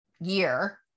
year